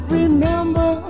remember